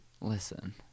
Listen